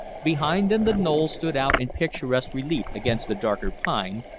behind them the knoll stood out in picturesque relief against the darker pine,